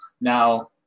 Now